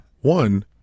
One